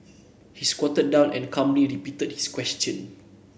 he squatted down and calmly repeated his question